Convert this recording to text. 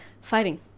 fighting